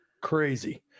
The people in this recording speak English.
crazy